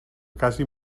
quasi